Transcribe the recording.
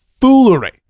foolery